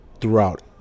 throughout